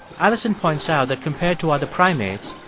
alison points out that compared to other primates,